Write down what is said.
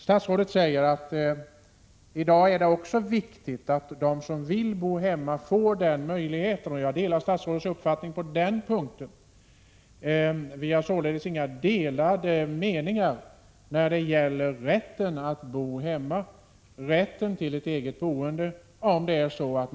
Statsrådet säger att det är viktigt att de som vill bo hemma får behålla den möjligheten, och jag delar statsrådets uppfattning på den punkten. Vi har således inga delade meningar när det gäller rätten att bo hemma, rätten till eget boende, om man önskar detta.